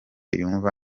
yumva